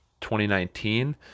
2019